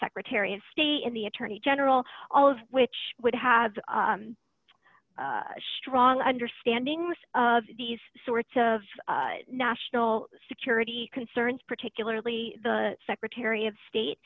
secretary of state and the attorney general all of which would have strong understanding of these sorts of national security concerns particularly the secretary of state